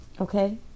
okay